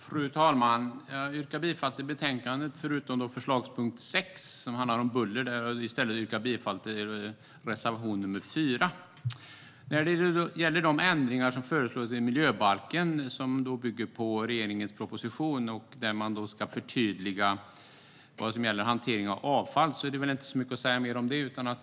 Fru talman! Jag yrkar bifall till utskottets förslag i betänkandet förutom punkt 6 som handlar om buller. Där yrkar vi i stället bifall till reservation 4. När det gäller de ändringar som föreslås i miljöbalken som bygger på regeringens proposition och där man ska förtydliga vad som gäller hantering av avfall är det inte så mycket mer att säga om det.